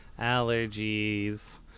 allergies